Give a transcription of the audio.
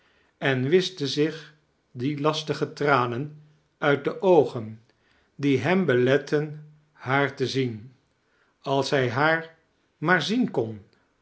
en wischte zich die lastige tranen uit de oogen die hem beletteh haar te zien als hij haar maar zien kon